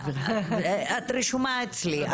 את רשומה אצלי.